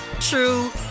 true